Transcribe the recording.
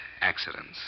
accidents